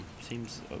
Seems